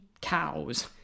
cows